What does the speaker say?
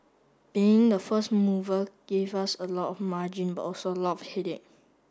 being the first mover gave us a lot of margin but also a lot headache